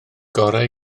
gorau